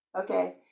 Okay